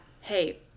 hey